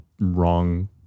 wrong